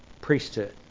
priesthood